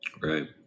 Right